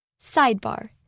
Sidebar